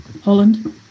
Holland